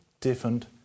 different